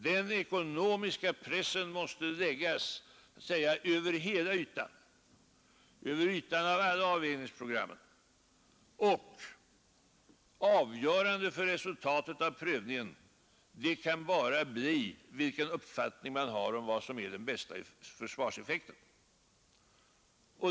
Den ekonomiska pressen måste läggas över hela ytan så att säga, över ytan av alla avvägningsprogrammen, och avgörande för resultatet av prövningen kan bara bli vilken uppfattning man har om Nr 91 vad som ger den bästa försvarseffekten.